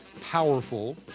powerful